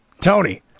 Tony